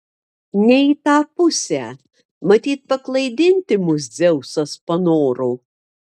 ne į tą pusę matyt paklaidinti mus dzeusas panoro